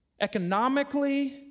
economically